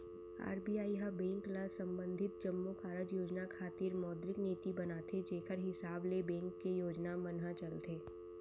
RBI ह bank ल संबंधित जम्मो कारज योजना खातिर मौद्रिक नीति बनाथे जेखर हिसाब ले बेंक के योजना मन ह चलथे